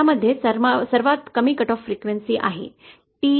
त्यामध्ये सर्वात कमी कटऑफ फ्रिक्वेंसी आहे